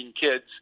kids